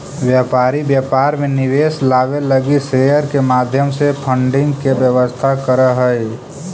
व्यापारी व्यापार में निवेश लावे लगी शेयर के माध्यम से फंडिंग के व्यवस्था करऽ हई